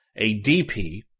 ADP